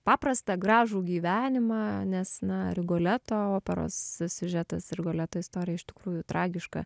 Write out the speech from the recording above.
paprastą gražų gyvenimą nes na rigoleto operos siužetas rigoleto istorija iš tikrųjų tragiška